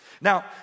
now